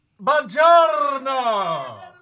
Buongiorno